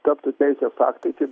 taptų teisės aktai tie